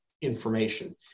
information